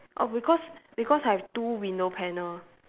oh because because I have two window panel